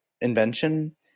invention